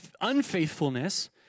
unfaithfulness